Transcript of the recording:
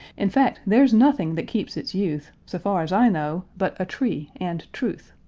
in fact, there's nothing that keeps its youth, so far as i know, but a tree and truth.